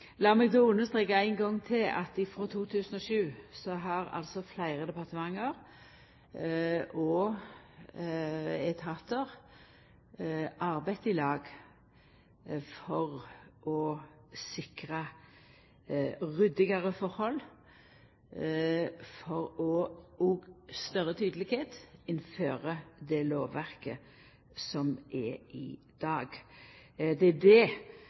då understreka ein gong til at frå 2007 har fleire departement og etatar arbeidd i lag for å sikra ryddigare forhold og større tydelegheit innanfor det lovverket som er i dag. Det er det